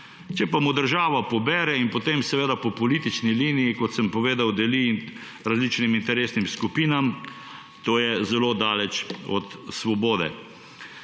Če pa mu država pobere in potem po politični liniji, kot sem povedal, deli različnim interesnim skupinam, je to zelo daleč od svobode.